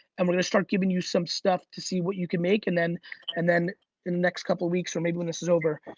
and we're gonna start giving you some stuff to see what you can make and then and the next couple weeks or maybe when this is over,